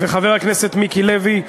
וחבר הכנסת מיקי לוי,